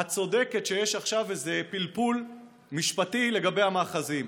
את צודקת שיש עכשיו איזה פלפול משפטי לגבי המאחזים,